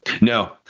No